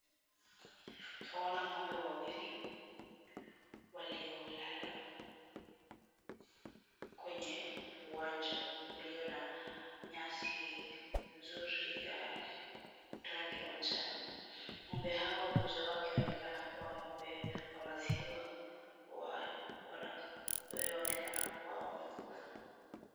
Twaona ng'ombe wawili waliolala kwenye uwanja ulio na nyasi mzuri ya rangi ya manjano. Ng'ombe hawa mmoja wao akionekana kuwa ng'ombe wa maziwa wanaonekana kuwa wamekufa.